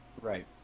Right